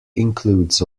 includes